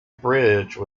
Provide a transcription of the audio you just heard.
bridge